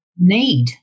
need